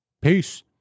Peace